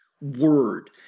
word